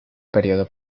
período